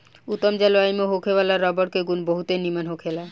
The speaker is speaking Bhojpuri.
उत्तम जलवायु में होखे वाला रबर के गुण बहुते निमन होखेला